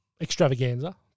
extravaganza